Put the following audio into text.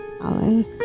Alan